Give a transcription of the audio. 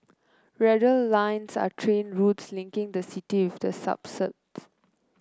radial lines are train routes linking the city with the suburbs